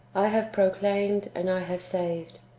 i have proclaimed, and i have saved.